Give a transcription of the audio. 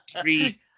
three